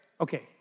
okay